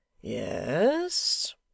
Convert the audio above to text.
Yes